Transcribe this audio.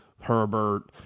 herbert